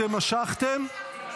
אתם משכתם?